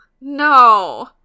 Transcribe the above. No